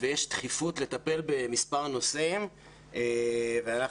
ויש דחיפות לטפל במספר נושאים ואנחנו,